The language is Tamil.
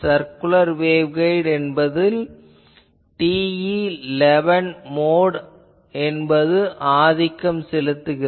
சர்குலர் வேவ்கைட் என்பதில் TE11 மோட் என்பது ஆதிக்கம் செலுத்துகிறது